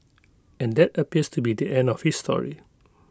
and that appears to be the end of his story